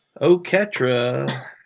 O'Ketra